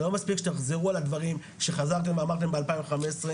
זה לא מספיק שתחזרו על הדברים שחזרתם ואמרתם ב- 2015,